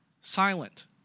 silent